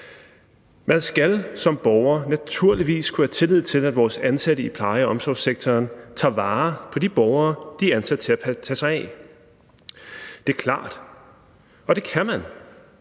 Man skal som borger naturligvis kunne have tillid til, at vores ansatte i pleje- og omsorgssektoren tager vare på de borgere, de er ansat til at tage sig af. Det er klart. Og det kan man.